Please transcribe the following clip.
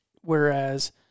whereas